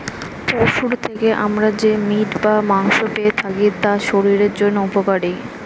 পশুর থেকে আমরা যে মিট বা মাংস পেয়ে থাকি তা শরীরের জন্য উপকারী